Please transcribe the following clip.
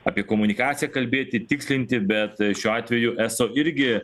apie komunikaciją kalbėti tikslinti bet šiuo atveju eso irgi